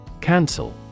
Cancel